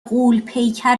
غولپیکر